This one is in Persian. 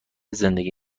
زندگی